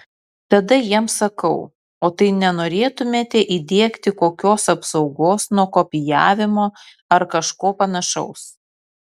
tada jiems sakau o tai nenorėtumėte įdiegti kokios apsaugos nuo kopijavimo ar kažko panašaus